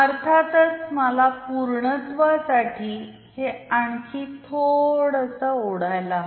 अर्थातच मला पूर्णत्वासाठी हे आणखी थोडेस ओढायला हव